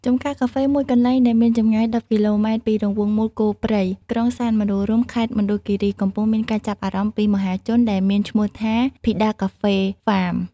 ចម្ការកាហ្វេមួយកន្លែងដែលមានចម្ងាយ១០គីឡូម៉ែត្រពីរង្វង់មូលគោព្រៃ ក្រុងសែនមនោរម្យ ខេត្តមណ្ឌលគិរី កំពុងមានការចាប់អារម្មណ៍ពីមហាជន ដែលមានឈ្មោះថា ភីដាកាហ្វេហ្វាម។